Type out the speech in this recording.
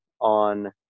on